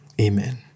Amen